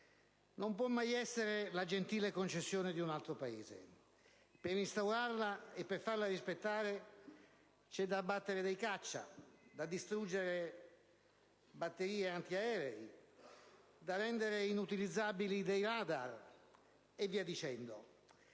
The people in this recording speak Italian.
non può mai essere la gentile concessione di un altro Paese. Per instaurarla e per farla rispettare c'è da abbattere dei caccia, da distruggere batterie antiaeree, da rendere inutilizzabili dei radar, e via dicendo.